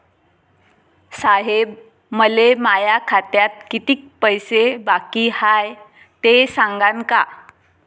साहेब, मले माया खात्यात कितीक पैसे बाकी हाय, ते सांगान का?